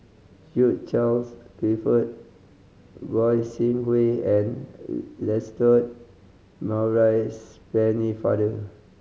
Hugh Charles Clifford Goi Seng Hui and Lancelot Maurice Pennefather